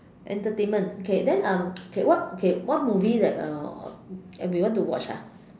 entertainment okay then um okay what okay what movie that uh that we want to watch ah